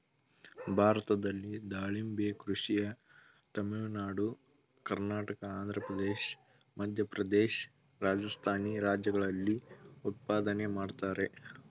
ಭಾರತದಲ್ಲಿ ದಾಳಿಂಬೆ ಕೃಷಿಯ ತಮಿಳುನಾಡು ಕರ್ನಾಟಕ ಆಂಧ್ರಪ್ರದೇಶ ಮಧ್ಯಪ್ರದೇಶ ರಾಜಸ್ಥಾನಿ ರಾಜ್ಯಗಳಲ್ಲಿ ಉತ್ಪಾದನೆ ಮಾಡ್ತರೆ